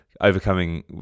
overcoming